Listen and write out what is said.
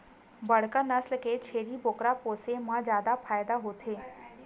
बड़का नसल के छेरी बोकरा पोसे म जादा फायदा होथे